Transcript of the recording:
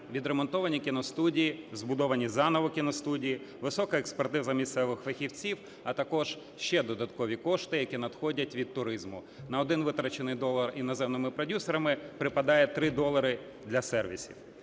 відремонтовані кіностудії, збудовані заново кіностудії, висока експертиза місцевих фахівців, а також ще додаткові кошти, які надходять від туризму. На один витрачений долар іноземними продюсерами, припадає три долари для сервісів.